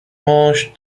مشت